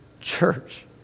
church